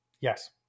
Yes